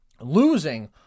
losing